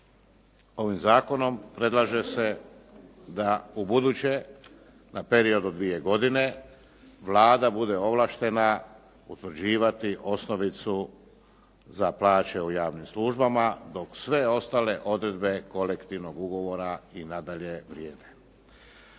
Ovim zakonom predlaže se da ubuduće na period od dvije godine Vlada bude ovlaštena utvrđivati osnovicu za plaće u javnim službama, dok sve ostale odredbe kolektivnog ugovora i nadalje vrijede.